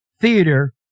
theater